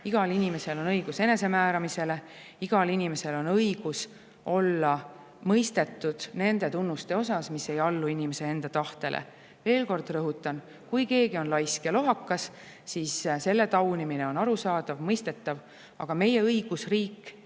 Igal inimesel on õigus enesemääramisele. Igal inimesel on õigus olla mõistetud nende tunnuste osas, mis ei allu inimese enda tahtele. Veel kord rõhutan: kui keegi on laisk ja lohakas, siis selle taunimine on arusaadav, mõistetav, aga meie õigusriik,